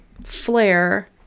flare